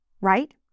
right